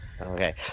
Okay